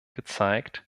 gezeigt